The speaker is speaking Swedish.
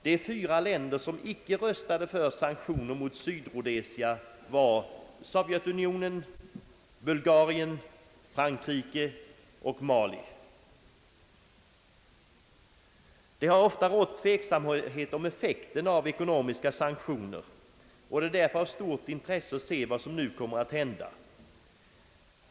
De fyra länderna som icke röstade för sanktioner mot Rhodesia Det har ofta rått tveksamhet om effekfen av ekonomiska sanktioner, och det är därför av stort intresse att se vad som nu kommer att hända.